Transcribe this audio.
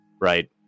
right